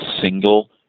single